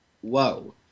whoa